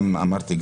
אמרתי,